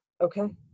okay